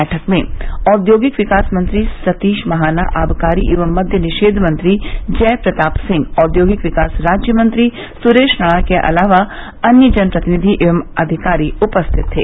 बैठक में औद्योगिक विकास मंत्री सतीश महाना आबकारी एवं मद्य निषेध मंत्री जय प्रताप सिंह औद्योगिक विकास राज्य मंत्री सुरेश राणा के अलावा अन्य जन प्रतिनिधि व अधिकारी उपस्थित थे